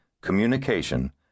communication